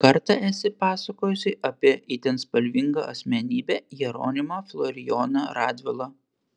kartą esi pasakojusi apie itin spalvingą asmenybę jeronimą florijoną radvilą